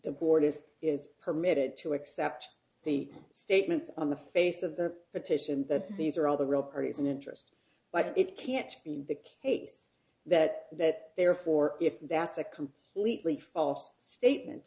the board is is permitted to accept the statements on the face of the petition that these are all the real parties in interest but it can't be the case that that therefore if that's a completely false statement